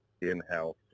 in-house